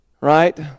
right